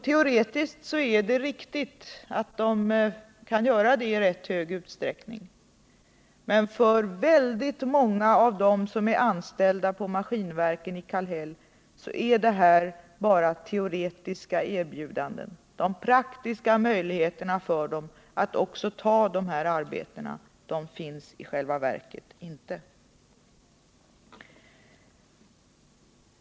Teoretiskt är det riktigt att Saab-Scania kan göra det i rätt stor utsträckning, men för många av dem som är anställda på Maskinverken i Kallhäll är detta bara teoretiska erbjudanden. De praktiska möjligheterna för de anställda att också ta dessa erbjudna arbeten finns i själva verket inte.